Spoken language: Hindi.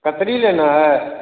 ककड़ी लेना है